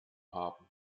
haben